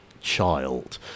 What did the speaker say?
child